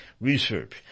research